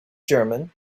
german